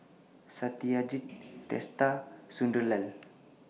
Satyajit Teesta Sunderlal